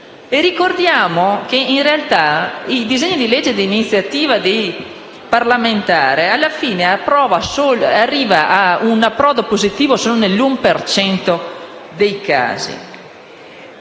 Ricordiamo che, in realtà, i disegni di legge di iniziativa parlamentare arrivano a un approdo positivo solo nell'1 per cento